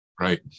Right